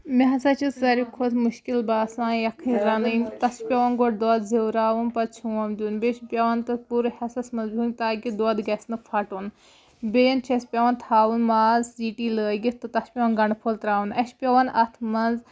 مےٚ ہاسا چھِ ساروی کھۄتہٕ مُشکِل باسان یَخنۍ رَنٔنۍ تَتھ چھُ پیوان گۄڈٕ دۄد زیوراوُن پَتہٕ چھوپھ دیُن بیٚیہِ چھُ پیوان تَتھ پوٗرٕ ہٮ۪سس منٛز بِہُن تاکہِ دۄد گژھِنہٕ پھٹُن بیٚیہِ اَند چھُ پیوان اَسہِ تھاوُن ماز سِٹی لٲگِتھ تہٕ تَتھ چھُ پیوان گنڈٕ پھوٚل تراوُن اَسہِ چھُ پیوان اَتھ منٛز